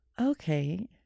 okay